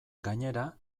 gainera